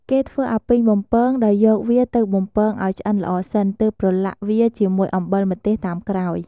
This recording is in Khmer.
គេធ្វើអាពីងបំពង ដោយយកវាទៅបំពងឱ្យឆ្អិនល្អសិន ទើបប្រឡាក់វាជាមួយអំបិលម្ទេសតាមក្រោយ។